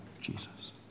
Jesus